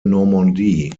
normandie